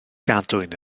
gadwyn